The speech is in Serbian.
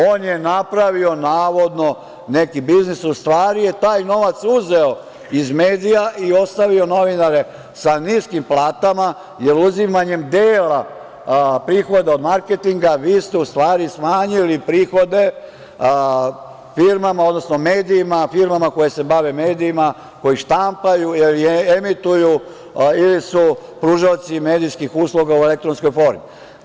On je napravio navodno neki biznis, u stvari je taj novac uzeo iz medija i ostavio novinare sa niskim platama, jer uzimanjem dela prihoda od marketinga vi ste u stvari smanjili prihode firmama, odnosno medijima, firmama koje se bave medijima, koji štampaju, emituju ili su pružaoci medijskih usluga u elektronskoj formi.